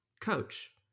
coach